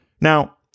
Now